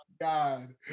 God